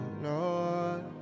lord